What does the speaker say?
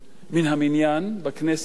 מן המניין בכנסת